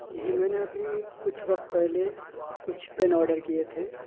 جی میں نے ابھی کچھ وقت پہلے کچھ پین آڈر کیے تھے